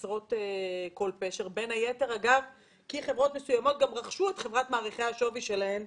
בין היתר כי חברות מסוימות רכשו את חברת מערכי השווי שלהן,